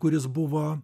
kuris buvo